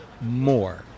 more